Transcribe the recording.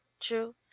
true